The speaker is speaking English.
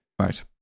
Right